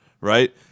right